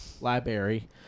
Library